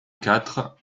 quatre